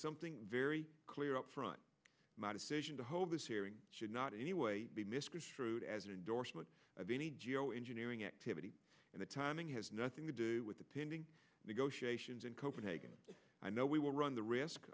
something very clear up front my decision to hold this hearing should not in any way be misconstrued as an endorsement of any geo engineering activity and the timing has nothing to do with the pending negotiations in copenhagen i know we will run the risk